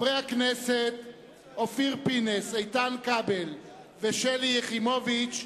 חברי הכנסת אופיר פינס, איתן כבל ושלי יחימוביץ,